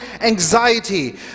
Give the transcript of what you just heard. anxiety